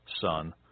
son